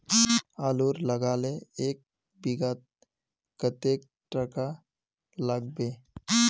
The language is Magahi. आलूर लगाले एक बिघात कतेक टका लागबे?